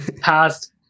past